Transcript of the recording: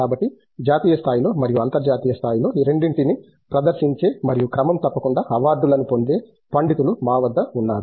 కాబట్టి జాతీయ స్థాయిలో మరియు అంతర్జాతీయ స్థాయిలో రెండింటినీ ప్రదర్శించే మరియు క్రమం తప్పకుండా అవార్డులను పొందే పండితులు మా వద్ద ఉన్నారు